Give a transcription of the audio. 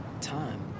Time